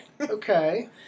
Okay